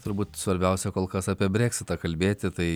turbūt svarbiausia kol kas apie breksitą kalbėti tai